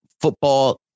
football